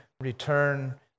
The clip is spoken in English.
return